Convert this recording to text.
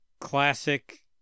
Classic